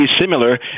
similar